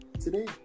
today